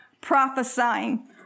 prophesying